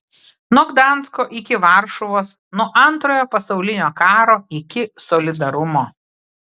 nuo gdansko iki varšuvos nuo antrojo pasaulinio karo iki solidarumo